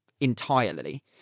entirely